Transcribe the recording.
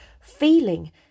feeling